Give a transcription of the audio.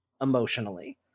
emotionally